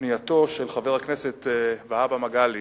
פנייתו של חבר הכנסת והבה מגלי,